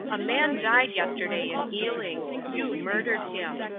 a man died yesterday in ealing. you murdered him.